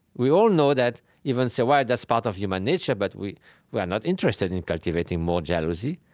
we all know that, even say, well, that's part of human nature, but we we are not interested in cultivating more jealousy,